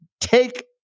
take